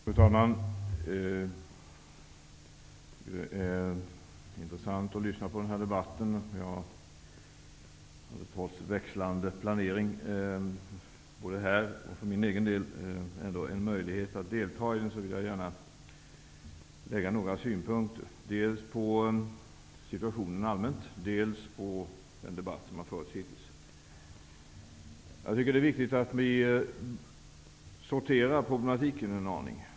Fru talman! Det är intressant att lyssna till den här debatten. Trots ändrad planering både för kammarens och för min egen del fick jag ändock en möjlighet att delta i debatten, och därför vill jag gärna komma med några synpunkter dels beträffande situationen i allmänhet, dels med anknytning till den debatt som har förts hittills. Det är viktigt att vi sorterar problemen en aning.